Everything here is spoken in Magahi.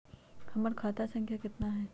हमर खाता संख्या केतना हई?